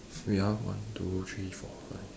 wait ah one two three four five